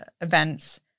events